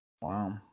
Wow